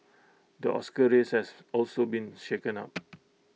the Oscar race has also been shaken up